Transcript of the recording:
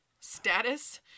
status